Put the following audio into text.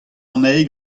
anezhi